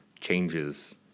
changes